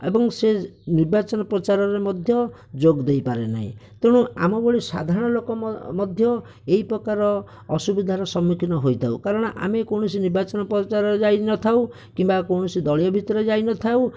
ଏବଂ ସେ ନିର୍ବାଚନ ପ୍ରଚାରରେ ମଧ୍ୟ ଯୋଗ ଦେଇପାରେ ନାହିଁ ତେଣୁ ଆମ ଭଳି ସାଧାରଣ ଲୋକ ମଧ୍ୟ ଏହି ପ୍ରକାର ଅସୁବିଧାର ସମ୍ମୁଖୀନ ହୋଇଥାଉ କାରଣ ଆମେ କୌଣସି ନିର୍ବାଚନ ପ୍ରଚାରରେ ଯାଇ ନଥାଉ କିମ୍ବା କୌଣସି ଦଳୀୟ ଭିତରେ ଯାଇ ନଥାଉ